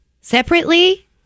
Separately